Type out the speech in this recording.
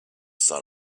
son